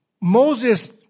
Moses